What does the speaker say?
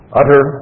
utter